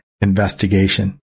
investigation